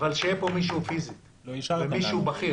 אבל שיהיה פה מישהו פיסית, ומישהו בכיר.